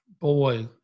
boy